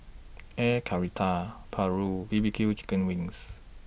Air Karthira Paru B B Q Chicken Wings